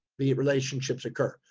the relationships occur.